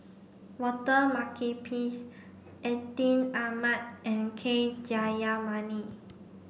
Walter Makepeace Atin Amat and K Jayamani